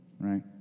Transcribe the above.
Right